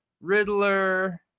Riddler